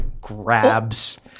grabs